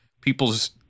people's